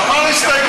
הוא אמר "הסתייגות",